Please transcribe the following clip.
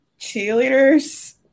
cheerleaders